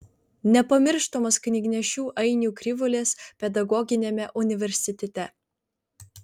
nepamirštamos knygnešių ainių krivulės pedagoginiame universitete